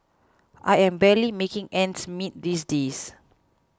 I'm barely making ends meet these days